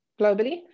globally